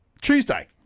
Tuesday